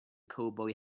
cowboy